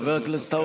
חבר הכנסת האוזר,